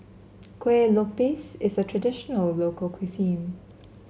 Kuih Lopes is a traditional local cuisine